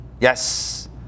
Yes